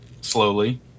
Slowly